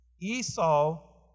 Esau